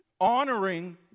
honoring